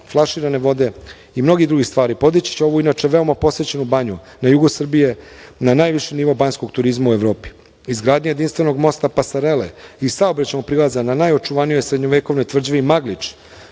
flaširane vode i mnogih drugih stvari podići će ovu, inače veoma posećenu banju na jugu Srbije na najviši nivo banjskog turizma u Evropi. Izgradnja jedinstvenog mosta, pasarele i saobraćajnog prilaza na najočuvanijoj srednjovekovnoj tvrđavi Maglič,